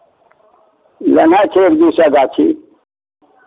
लेनाइ छै एक दू सए गाछी